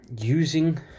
using